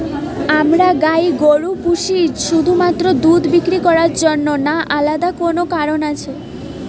আমরা গাই গরু পুষি শুধুমাত্র দুধ বিক্রি করার জন্য না আলাদা কোনো কারণ আছে?